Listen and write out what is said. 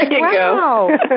Wow